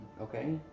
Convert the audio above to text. okay